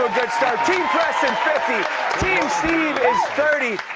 good start. team preston fifty. team steve is thirty.